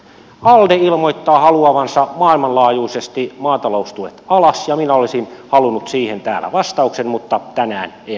alde ilmoittaa haluavansa maailmanlaajuisesti maataloustuet alas ja minä olisin halunnut siihen täällä vastauksen mutta tänään en saanut